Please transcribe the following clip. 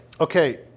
Okay